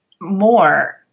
more